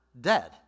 dead